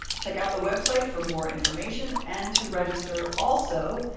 check out the website for more information and to register. also,